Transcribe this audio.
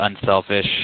unselfish